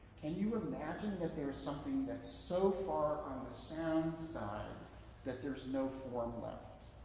can you imagine that there is something that's so far on the sound side that there's no form left?